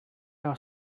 i’ll